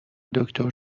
دکتر